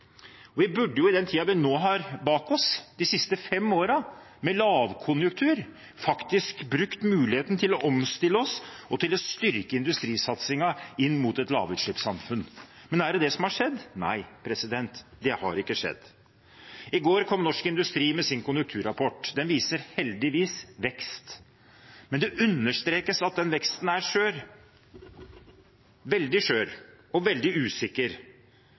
framover. Vi burde i den tiden vi nå har bak oss, de siste fem årene med lavkonjunktur, ha brukt muligheten til å omstille oss og til å styrke industrisatsingen inn mot et lavutslippssamfunn. Men er det det som har skjedd? Nei, det har ikke skjedd. I går kom Norsk Industri med sin konjunkturrapport. Den viser heldigvis vekst. Men det understrekes at den veksten er skjør – veldig skjør, og veldig usikker.